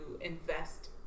invest